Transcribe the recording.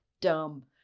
Dumb